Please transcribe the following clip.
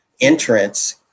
entrance